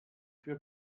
für